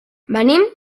venim